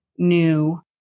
new